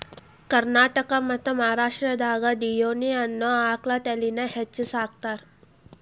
ಕರ್ನಾಟಕ ಮತ್ತ್ ಮಹಾರಾಷ್ಟ್ರದಾಗ ಡಿಯೋನಿ ಅನ್ನೋ ಆಕಳ ತಳಿನ ಹೆಚ್ಚ್ ಸಾಕತಾರ